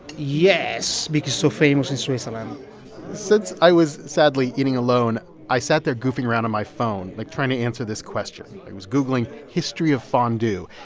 yes, because so famous in switzerland since i was, sadly, eating alone, i sat there goofing around on my phone like trying to answer this question. i was googling history of fondue,